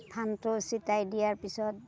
ধানটো ছটিয়াই দিয়াৰ পিছত